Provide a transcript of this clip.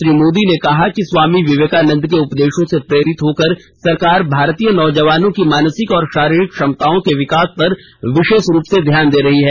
श्री मोदी ने कहा कि स्वामी विवेकानंद के उपदेशों से प्रेरित होकर सरकार भारतीय नौजवानों की मानसिक और शारीरिक क्षमताओं के विकास पर विशेष रूप से ध्यान दे रही है